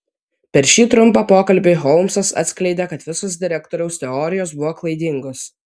per šį trumpą pokalbį holmsas atskleidė kad visos direktoriaus teorijos buvo klaidingos